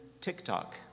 TikTok